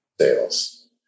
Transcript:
sales